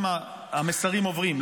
המסרים עוברים,